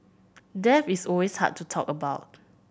death is always hard to talk about